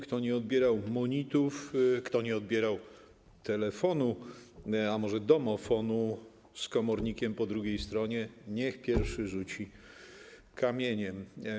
Kto nie odbierał monitów, kto nie odbierał telefonu, a może domofonu, z komornikiem po drugiej stronie, niech pierwszy rzuci kamieniem.